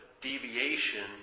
deviation